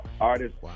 artists